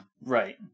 Right